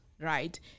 right